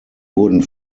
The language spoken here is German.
wurden